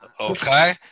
okay